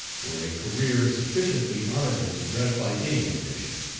for a career sufficiently honorable to gratify any ambition.